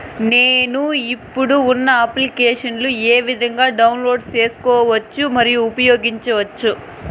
నేను, ఇప్పుడు ఉన్న అప్లికేషన్లు ఏ విధంగా డౌన్లోడ్ సేసుకోవచ్చు మరియు ఉపయోగించొచ్చు?